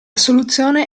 soluzione